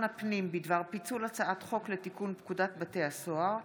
הפנים בדבר פיצול הצעת חוק לתיקון פקודת בתי הסוהר (מס'